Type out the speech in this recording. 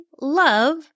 love